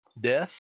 Death